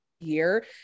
year